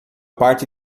parte